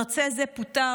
מרצה זה פוטר,